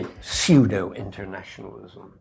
pseudo-internationalism